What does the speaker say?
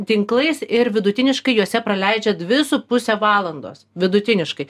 tinklais ir vidutiniškai juose praleidžia dvi su puse valandos vidutiniškai